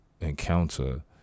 Encounter